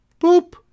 Boop